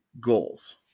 goals